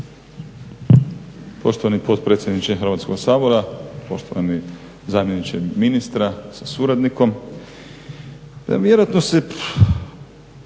Poštovani potpredsjedniče Hrvatskog sabora, poštovani zamjeniče ministra sa suradnikom. Vjerojatno se